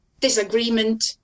disagreement